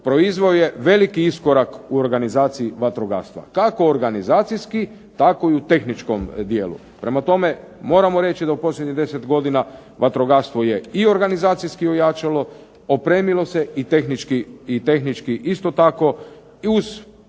proizveo je veliki iskorak u organizaciji vatrogastva. Kako organizacijski tako i u tehničkom dijelu. Prema tome moramo reći da u posljednjih 10 godina vatrogastvo je i organizacijski ojačalo, opremilo se i tehnički isto tako. I uz